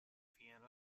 vienna